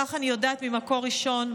כך אני יודעת ממקור ראשון,